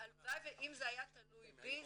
הלוואי אם זה היה תלוי בי,